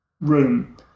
room